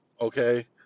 okay